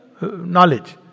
knowledge